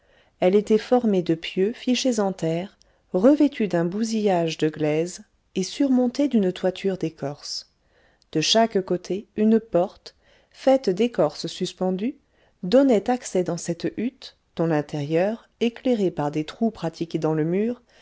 elle était formée de pieux fichés en terre revêtus d'un bousillage de glaise et surmontés d'une toiture d'écorce de chaque côté une porte faite d'écorces suspendues donnait accès dans cette hutte dont l'intérieur éclairé par des trous pratiqués dans le mur